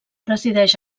resideix